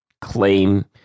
claim